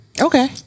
Okay